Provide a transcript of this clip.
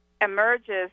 Emerges